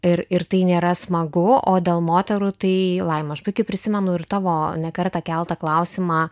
ir ir tai nėra smagu o dėl moterų tai laima aš puikiai prisimenu ir tavo ne kartą keltą klausimą